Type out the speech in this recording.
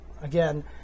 Again